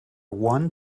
one